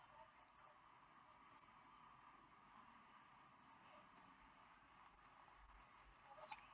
no